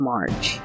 March